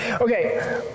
Okay